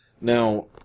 Now